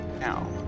Now